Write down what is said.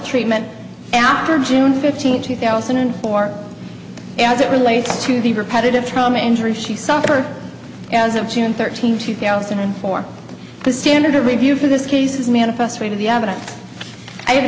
treatment after june fifteenth two thousand and four as it relates to the repetitive trauma injuries she suffered as of june thirteenth two thousand and four the standard of review for this case is manifestly to be evidence i have an